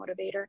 motivator